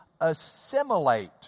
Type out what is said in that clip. assimilate